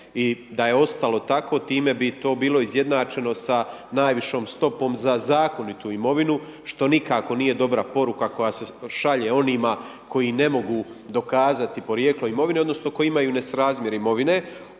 i da je ostalo tako time bi to bilo izjednačeno s najvišom stopom za zakonitu imovinu što nikako nije dobra poruka koja se šalje onima koji ne mogu dokazati porijeklo imovine odnosno koji imaju nesrazmjer imovine.